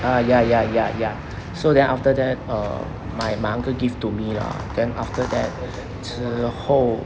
ah ya ya ya ya so then after that err my my uncle give to me lah then after that 之后